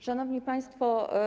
Szanowni Państwo!